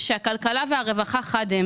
שהכלכלה והרווחה חד הם